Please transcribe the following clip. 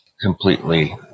completely